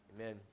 amen